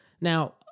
Now